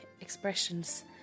expressions